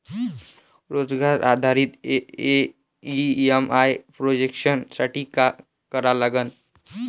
रोजगार आधारित EMI projection साठी का करा लागन?